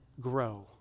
grow